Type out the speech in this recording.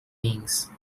beings